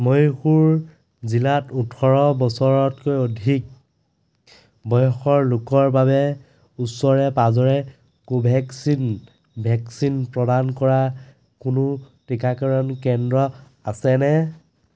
মহীশূৰ জিলাত ওঠৰ বছৰতকৈ অধিক বয়সৰ লোকৰ বাবে ওচৰে পাঁজৰে কোভেক্সিন ভেকচিন প্ৰদান কৰা কোনো টিকাকৰণ কেন্দ্ৰ আছে নে